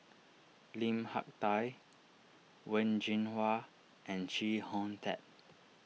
Lim Hak Tai Wen Jinhua and Chee Hong Tat